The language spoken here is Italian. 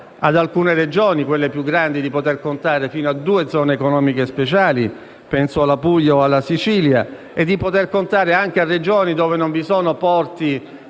ad alcune Regioni, quelle più grandi, di poter contare fino a due Zone economiche speciali - penso alla Puglia o alla Sicilia - e ad altre Regioni, dove non vi sono porti